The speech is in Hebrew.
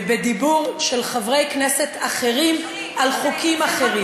בדיבור של חברי כנסת אחרים על חוקים אחרים.